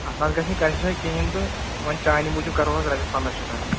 اَتھ نہَ حظ گژھِ نہٕ کَنسیشن کِہیٖنٛۍ تہٕ وۄنۍ چانہِ موٗجوٗب کَرو حظ رۄپیَس پنٛداہ شیٚتھ حظ